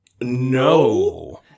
No